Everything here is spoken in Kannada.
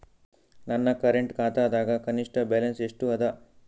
ನನ್ನ ಕರೆಂಟ್ ಖಾತಾದಾಗ ಕನಿಷ್ಠ ಬ್ಯಾಲೆನ್ಸ್ ಎಷ್ಟು ಅದ